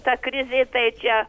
ta krizė tai čia